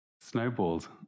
Snowballed